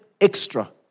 extra